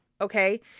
Okay